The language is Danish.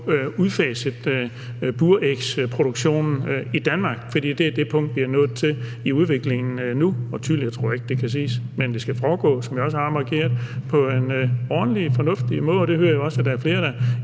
udfaset burægsproduktionen i Danmark, for det er det punkt, vi er nået til i udviklingen nu. Og tydeligere tror jeg ikke det kan siges. Men det skal foregå, som jeg også har markeret, på en ordentlig og fornuftig måde, og det hører jeg også der er flere der